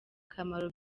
kamaro